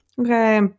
okay